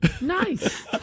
Nice